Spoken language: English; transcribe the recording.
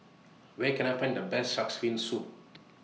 Where Can I Find The Best Shark's Fin Soup